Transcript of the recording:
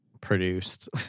produced